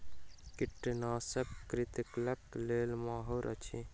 कृंतकनाशक कृंतकक लेल माहुर अछि